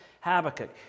Habakkuk